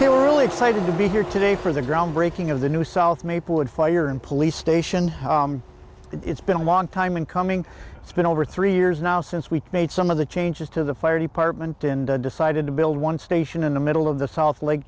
were really excited to be here today for the groundbreaking of the new south maple wood fire and police station it's been a long time in coming it's been over three years now since we made some of the changes to the fire department and decided to build one station in the middle of the south l